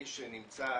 מי שנמצא,